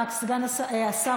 השר,